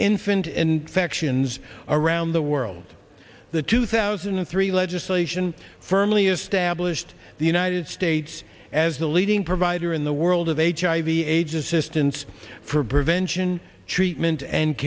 infant infections around the world the two thousand and three legislation firmly established the united states as the leading provider in the world of hiv aids assistance for prevention treatment and